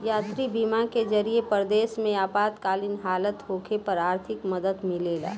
यात्री बीमा के जरिए परदेश में आपातकालीन हालत होखे पर आर्थिक मदद मिलेला